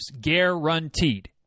Guaranteed